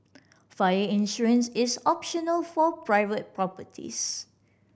fire insurance is optional for private properties